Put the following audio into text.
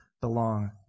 belong